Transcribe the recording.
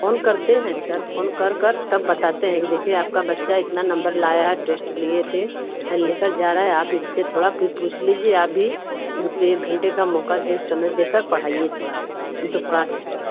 phone करते हैं sir phone कर कर सब बताते हैं कि देखिए आपका बच्चा इतना नंबर लाया है टेस्ट लिए थे लेकर जा रहा है आप इनसे थोड़ा पूछ लीजिए आप भी उनको एक घंटे का मौका दे समय देकर पढ़ाईए थोड़ा हम तो पढ़ा लेते हैं